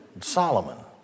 Solomon